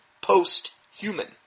post-human